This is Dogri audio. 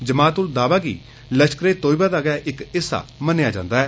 जमात अल दावा गी लश्करे ए तौयबा दा गै इक हिस्सा मन्नेआ जंदा ऐ